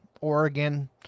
oregon